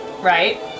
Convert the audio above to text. Right